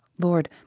Lord